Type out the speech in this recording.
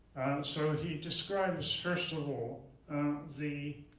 so he describes first of all the